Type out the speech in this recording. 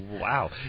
wow